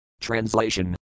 Translation